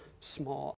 small